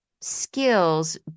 skills